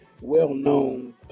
well-known